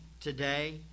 today